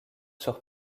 sur